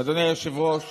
אדוני היושב-ראש